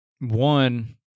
One